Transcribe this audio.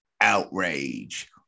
Outrage